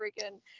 freaking